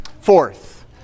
Fourth